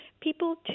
people